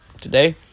today